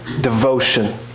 devotion